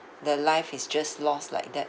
the life is just lost like that